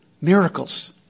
Miracles